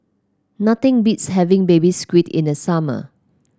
nothing beats having Baby Squid in the summer